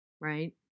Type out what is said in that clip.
right